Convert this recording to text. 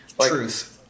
Truth